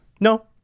no